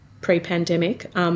pre-pandemic